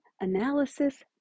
analysis